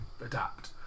adapt